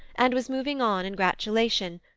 and was moving on in gratulation,